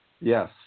Yes